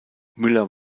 müller